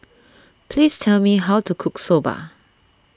please tell me how to cook Soba